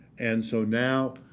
and so now,